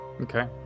okay